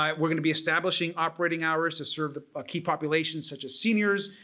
um we're going to be establishing operating hours to serve the ah key populations such as seniors.